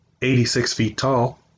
86-feet-tall